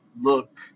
look